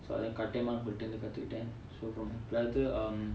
so அத கத்துகிட்டேன்:atha kathukittaen so from my brother um